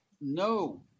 no